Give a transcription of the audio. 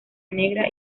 negra